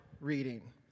reading